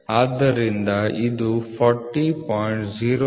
ಆದ್ದರಿಂದ ಇದು 40